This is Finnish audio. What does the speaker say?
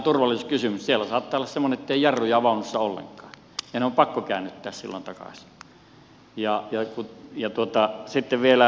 siellä saattaa olla semmoinen tilanne ettei jarruja ole vaunussa ollenkaan ja se on pakko käännyttää silloin takaisin